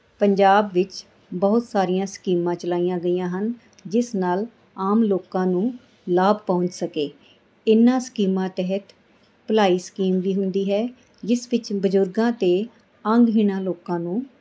ਪੰਜਾਬ ਵਿੱਚ ਬਹੁਤ ਸਾਰੀਆਂ ਸਕੀਮਾਂ ਚਲਾਈਆਂ ਗਈਆਂ ਹਨ ਜਿਸ ਨਾਲ ਆਮ ਲੋਕਾਂ ਨੂੰ ਲਾਭ ਪਹੁੰਚ ਸਕੇ ਇਹਨਾਂ ਸਕੀਮਾਂ ਤਹਿਤ ਭਲਾਈ ਸਕੀਮ ਵੀ ਹੁੰਦੀ ਹੈ ਜਿਸ ਵਿੱਚ ਬਜ਼ੁਰਗਾਂ ਅਤੇ ਅੰਗਹੀਣਾਂ ਲੋਕਾਂ ਨੂੰ